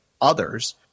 others